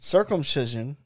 Circumcision